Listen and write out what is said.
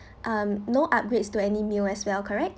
um no upgrades to any meal as well correct